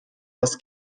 was